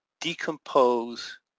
decompose